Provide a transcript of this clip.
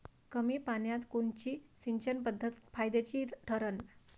कमी पान्यात कोनची सिंचन पद्धत फायद्याची ठरन?